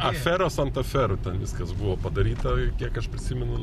aferos ant aferų viskas buvo padaryta kiek aš prisimenu